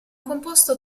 composto